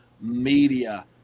Media